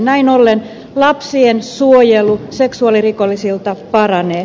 näin ollen lapsien suojelu seksuaalirikollisilta paranee